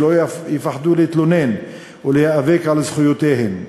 שלא יפחדו להתלונן ולהיאבק על זכויותיהן.